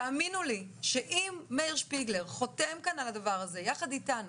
תאמינו לי שאם מאיר שפיגלר חותם על הדבר הזה יחד איתנו,